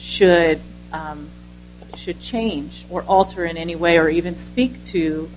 should or should change or alter in any way or even speak to